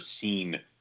seen